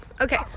okay